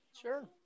Sure